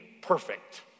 perfect